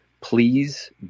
please